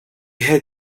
had